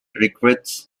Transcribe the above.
recruits